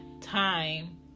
time